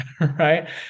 right